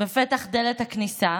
בפתח דלת הכניסה,